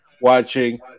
watching